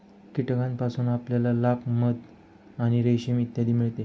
कीटकांपासून आपल्याला लाख, मध आणि रेशीम इत्यादी मिळते